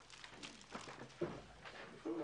11:49.